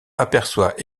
aperçoit